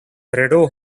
rideau